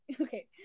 Okay